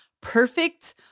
perfect